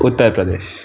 Uttar Pradesh